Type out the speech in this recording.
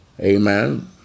Amen